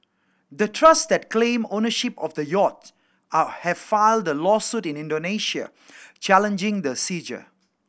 the trusts that claim ownership of the yacht all have filed a lawsuit in Indonesia challenging the seizure